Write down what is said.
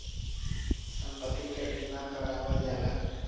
सम्पति के बीमा करावल जाला